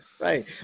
right